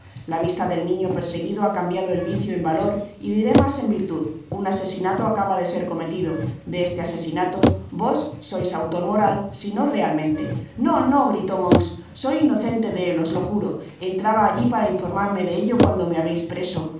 la vista del niño perseguido ha cambiado el vicio en valor y diré mas en virtud un asesinato acaba de ser cometido de este asesinato vos sois autor moral sino realmente no no gritó monks soy inocente de él os lo juro entraba alli para informarme de ello cuando me habeis preso